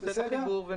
נעשה את החיבור.